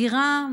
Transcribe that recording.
הדירה,